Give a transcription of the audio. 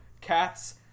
Cats